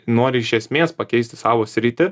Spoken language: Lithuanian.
nori iš esmės pakeisti savo sritį